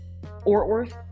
Ortworth